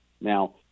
Now